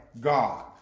God